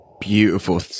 Beautiful